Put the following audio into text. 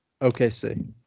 OKC